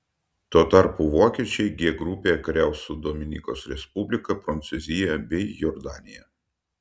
tuo tarpu vokiečiai g grupėje kariaus su dominikos respublika prancūzija bei jordanija